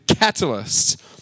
Catalyst